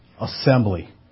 assembly